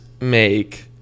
make